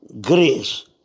grace